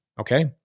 okay